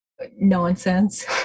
nonsense